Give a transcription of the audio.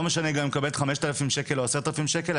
לא משנה גם אם היא מקבלת חמשת אלפים שקל או עשרת אלפים שקל,